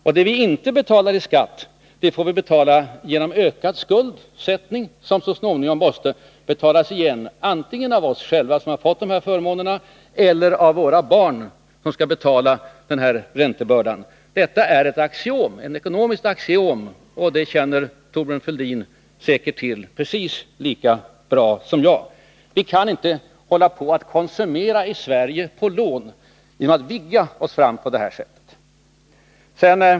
Och det vi inte betalar i skatt får vi betala genom ökad skuldsättning, skulder som så småningom måste betalas igen antingen av oss själva som har fått de här förmånerna, eller av våra barn som får bära denna räntebörda. Detta är ett ekonomiskt axiom, och det känner säkert Thorbjörn Fälldin till precis lika bra som jag. Vi kan inte hålla på att konsumera i Sverige på lån, genom att vigga oss fram på det sätt som nu sker.